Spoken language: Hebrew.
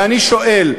ואני שואל,